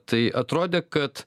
tai atrodė kad